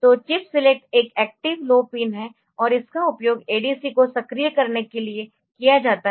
तो chip select एक active low pin है और इसका उपयोग ADC को सक्रिय करने के लिए किया जाता है